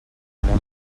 anem